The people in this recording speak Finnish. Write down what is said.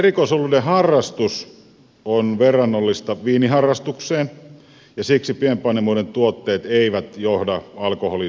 tämä erikoisoluiden harrastus on verrannollista viiniharrastukseen ja siksi pienpanimoiden tuotteet eivät johda alkoholin ongelmakäyttöön